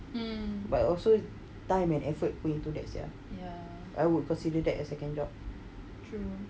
but also time and effort way to do that effort sia because you do that as a second job